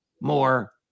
more